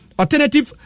alternative